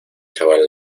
chaval